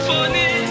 Funny